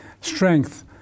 strength